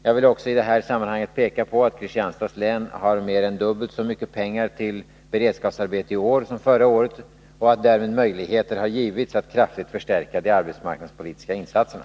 Jag vill också i det här sammanhanget peka på att Kristianstads län har mer än dubbelt så mycket pengar för beredskapsarbete i år som förra året och att därmed möjligheter har givits att kraftigt förstärka de arbetsmarknadspolitiska insatserna.